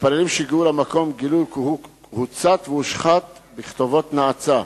מתפללים שהגיעו למקום גילו כי הוא הוצת והושחת בכתובות נאצה.